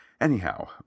anyhow